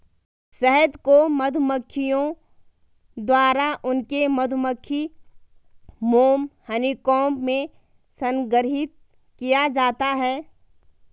शहद को मधुमक्खियों द्वारा उनके मधुमक्खी मोम हनीकॉम्ब में संग्रहीत किया जाता है